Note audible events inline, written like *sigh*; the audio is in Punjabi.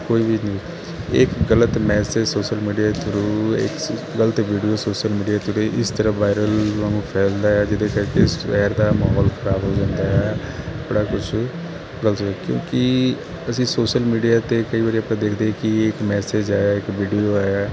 ਕੋਈ ਵੀ ਨਿਊਜ਼ ਇਹ ਇੱਕ ਗਲਤ ਮੈਸੇਜ ਸੋਸ਼ਲ ਮੀਡੀਆ ਦੇ ਥਰੂ ਇਹ ਇੱਕ ਗਲਤ ਵੀਡੀਓ ਸੋਸ਼ਲ ਮੀਡੀਆ 'ਤੇ ਇਸ ਤਰ੍ਹਾਂ ਵਾਇਰਲ ਵਾਂਗੂ ਫੈਲਦਾ ਜਿਹਦੇ ਕਰਕੇ ਸ਼ਹਿਰ ਦਾ ਮਾਹੌਲ ਖਰਾਬ ਹੋ ਜਾਂਦਾ ਬੜਾ ਕੁਛ *unintelligible* ਕਿਉਂਕਿ ਅਸੀਂ ਸੋਸ਼ਲ ਮੀਡੀਆ 'ਤੇ ਕਈ ਵਾਰ ਆਪਾਂ ਦੇਖਦੇ ਕਿ ਇੱਕ ਮੈਸੇਜ ਆਇਆ ਇੱਕ ਵੀਡੀਓ ਆਇਆ